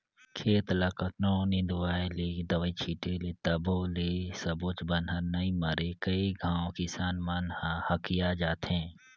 खेत ल कतनों निंदवाय ले, दवई छिटे ले तभो ले सबोच बन हर नइ मरे कई घांव किसान मन ह हकिया जाथे